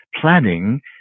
planning